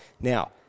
Now